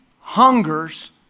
hungers